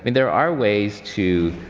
there are ways to,